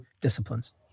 disciplines